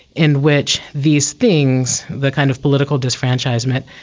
in which these things, the kind of political disfranchisement,